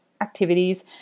activities